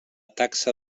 taxa